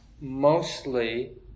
mostly